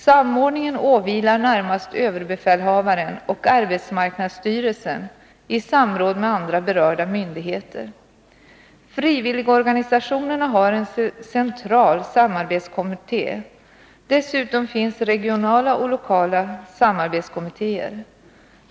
Samordningen åvilar närmast överbefälhavaren och arbetsmarknadsstyrelsen i samråd med andra berörda myndigheter. Frivilligorganisationerna har en central samarbetskommitté. Dessutom finns regionala och lokala samarbetskommittéer.